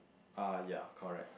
uh ya correct